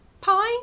Pie